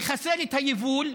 מחסל את היבול,